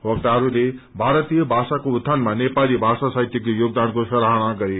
वक्ताहरूले भारतीय भाषाको उत्थानमा नेपाली भाषा साहित्यको योगदानको सराहना गरे